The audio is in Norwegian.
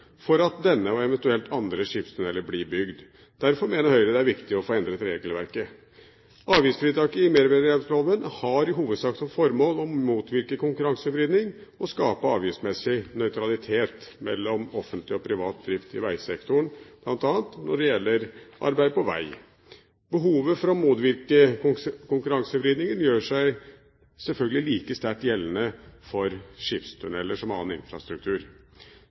for at denne og eventuelt andre skipstunneler blir bygd. Derfor mener Høyre det er viktig å få endret regelverket. Avgiftsfritaket i merverdiavgiftsloven har i hovedsak som formål å motvirke konkurransevridning og skape avgiftsmessig nøytralitet mellom offentlig og privat drift i veisektoren, bl.a. når det gjelder arbeid på vei. Behovet for å motvirke konkurransevridning gjør seg selvfølgelig like sterkt gjeldende for skipstunneler som for annen infrastruktur.